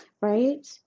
right